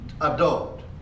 adult